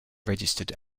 registered